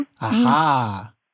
Aha